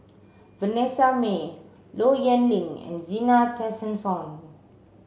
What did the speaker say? Vanessa Mae Low Yen Ling and Zena Tessensohn